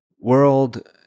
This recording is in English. world